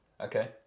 Okay